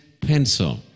pencil